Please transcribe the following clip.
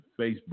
Facebook